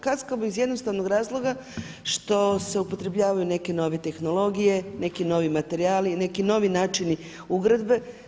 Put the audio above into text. Kaskamo iz jednostavnog razloga što se upotrebljavaju neke nove tehnologije, neki novi materijali i neki novi načini ugradbe.